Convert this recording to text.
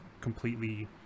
completely